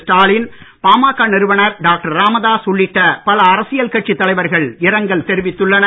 ஸ்டாலின் பாமக நிறுவனர் டாக்டர் ராமதாஸ் உள்ளிட்ட பல அரசியல் கட்சித் தலைவர்கள் இரங்கல் தெரிவித்துள்ளனர்